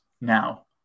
Now